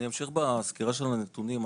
אני אמשיך בסקירת הנתונים.